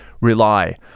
rely